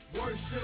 worship